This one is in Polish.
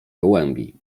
gołębi